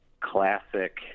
classic